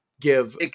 give